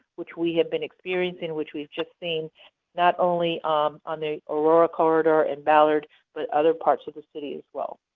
which we have been experiencing, which we have just seen not only um on the aurora corridor and ballard and but other parts of the city as well.